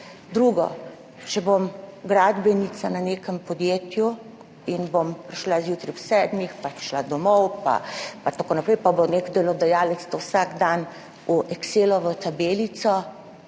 Drugo, če bom gradbenica v nekem podjetju in bom prišla zjutraj ob sedmih in šla domov in tako naprej in bo nek delodajalec to vsak dan vnašal v Excelovo tabelico,